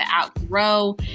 outgrow